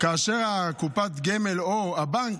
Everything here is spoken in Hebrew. כאשר קופת הגמל או הבנק,